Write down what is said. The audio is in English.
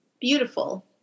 Beautiful